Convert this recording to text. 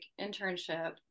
internship